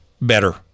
better